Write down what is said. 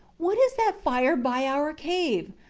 what is that fire by our cave?